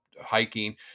hiking